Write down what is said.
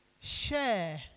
share